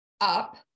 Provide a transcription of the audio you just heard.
up